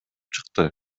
чыкты